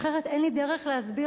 אחרת אין לי דרך להסביר,